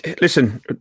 Listen